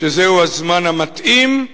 שזה הזמן המתאים,